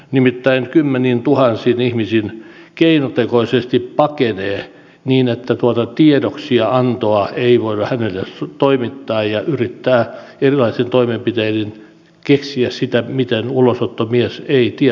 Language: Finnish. nimittäin kymmeniätuhansiä ihmisia keinotekoisesti pakenee niin että tuota tiedoksiantoa ei voida heille toimittaa ja yrittää erilaisin toimenpitein keksiä miten ulosottomies ei tiedoksiantoa heille voi saada